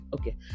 Okay